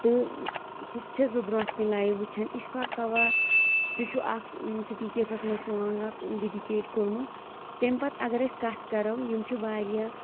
تہٕ سُہ تہِ چھَس بہٕ برونٛٹھ کَنہِ لایِو وٕچھان اِشفاق کاوا تہِ چھُ اَکھ سِٹی کیفَس منٛز سانٛگ اَکھ ڈِڈِکیٹ کوٚمُت تٔمۍ پَتہٕ اگر أسۍ کَتھ کَرَو یِم چھِ واریاہ